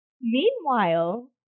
Meanwhile